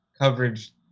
coverage